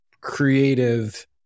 creative